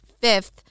fifth